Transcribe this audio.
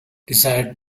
desired